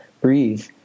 Breathe